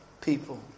people